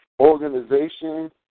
Organization